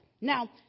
Now